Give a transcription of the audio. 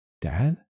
Dad